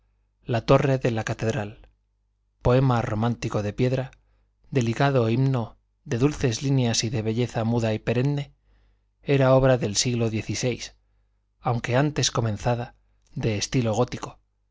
la torre de la catedral poema romántico de piedra delicado himno de dulces líneas de belleza muda y perenne era obra del siglo diez y seis aunque antes comenzada de estilo gótico